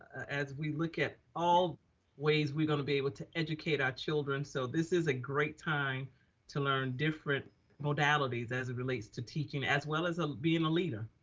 as we look at all ways, we are gonna be able to educate our children. so this is a great time to learn different modalities as it relates to teaching as well as ah being a leader.